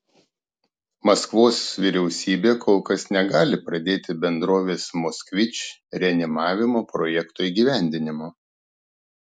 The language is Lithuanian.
maskvos vyriausybė kol kas negali pradėti bendrovės moskvič reanimavimo projekto įgyvendinimo